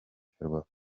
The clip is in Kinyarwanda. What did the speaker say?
ferwafa